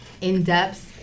in-depth